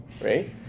right